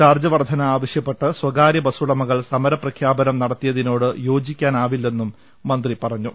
charge വർദ്ധന ആവശ്യപ്പെട്ട് സ്ഥകാ രൃബസുടമകൾ സമരപ്രഖ്യാപനം നടത്തിയതിനോട് യോജിക്കാനാവി ല്ലെന്നും മന്ത്രി പറഞ്ഞു